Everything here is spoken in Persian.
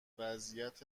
وضعیت